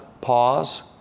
pause